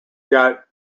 get